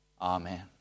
Amen